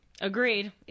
Agreed